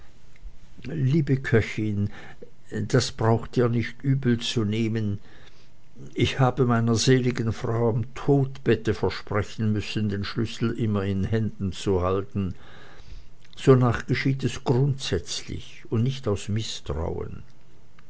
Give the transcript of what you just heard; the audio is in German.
liebe köchin das braucht ihr nicht übelzunehmen ich habe meiner seligen frau am todbette versprechen müssen die schlüssel immer in händen zu behalten sonach geschieht es grundsätzlich und nicht aus mißtrauen